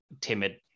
timid